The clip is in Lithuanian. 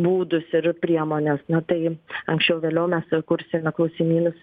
būdus ir priemones na tai anksčiau vėliau mes kursime klausimynus